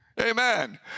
Amen